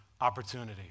opportunity